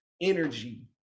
energy